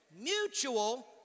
Mutual